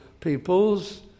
peoples